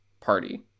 party